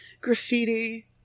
graffiti